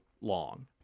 long